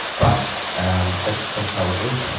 but that's just how it is,